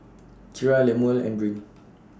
Kira Lemuel and Brynn